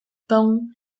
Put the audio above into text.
paon